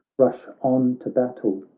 rush on to battle,